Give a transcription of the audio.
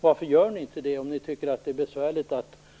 Varför gör ni inte så om ni tycker att det är besvärligt med indragningar?